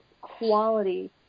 quality